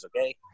okay